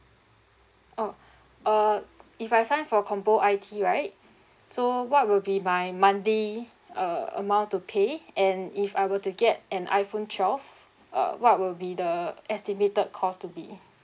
oh uh if I sign for combo I_T right so what will be my monthly uh amount to pay and if I were to get an iphone twelve uh what will be the estimated cost to be